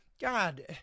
God